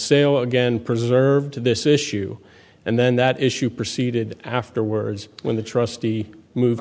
sale again preserved to this issue and then that issue proceeded afterwards when the trustee move